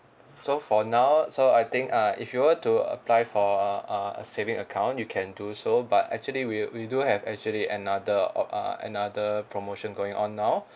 so for now so I think uh if you were to apply for uh saving account you can do so but actually we we do have actually another op~ uh another promotion going on now